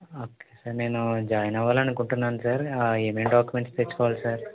okay నేను join అవ్వాలి అనుకుంటున్నాను సార్ ఏమేమి డాక్యుమెంట్స్ తెచ్చుకోవాలి సార్